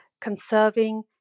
conserving